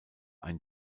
ein